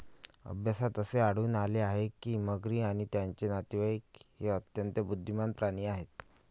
अभ्यासात असे आढळून आले आहे की मगरी आणि त्यांचे नातेवाईक हे अत्यंत बुद्धिमान प्राणी आहेत